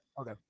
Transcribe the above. Okay